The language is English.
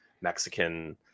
Mexican